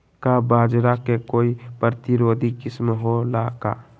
का बाजरा के कोई प्रतिरोधी किस्म हो ला का?